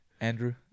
Andrew